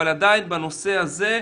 אבל עדיין בנושא הזה,